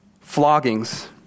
floggings